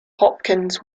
hopkins